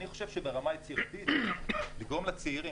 אני חושב שברמה יצירתית לגרום לצעירים,